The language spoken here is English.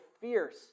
fierce